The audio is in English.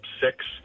six